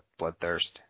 Bloodthirst